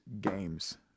Games